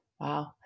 Wow